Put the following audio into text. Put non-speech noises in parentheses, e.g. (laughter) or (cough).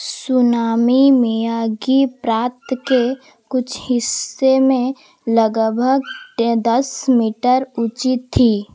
tsunami Miyagi प्रांत के कुछ हिस्से में लगभग (unintelligible) दस मीटर ऊँची थी